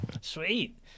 Sweet